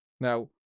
now